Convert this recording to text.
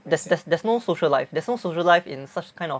there's there's there's no social life there's no social life in such kind of